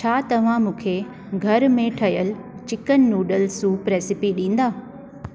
छा तव्हां मूंखे घर में ठहियल चिकन नूडल्स सूप रेसिपी ॾींदा